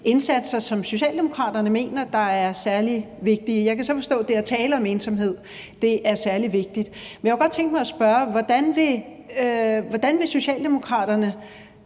indsatser, som Socialdemokraterne mener er særlig vigtige. Jeg kan så forstå, at det at tale om ensomhed er særlig vigtigt. Jeg kunne godt tænke mig at spørge: Hvordan vil Socialdemokraterne